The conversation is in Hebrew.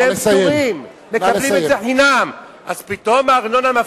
והם פטורים, הם מקבלים את זה חינם.